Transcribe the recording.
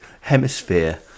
hemisphere